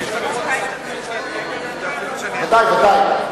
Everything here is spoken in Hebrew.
בוודאי, בוודאי.